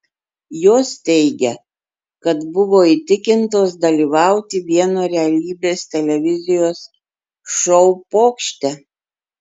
jos teigia kad buvo įtikintos dalyvauti vieno realybės televizijos šou pokšte